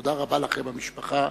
תודה רבה לכם, המשפחה.